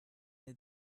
est